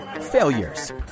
failures